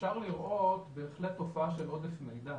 אפשר לראות בהחלט תופעה של עודף מידע.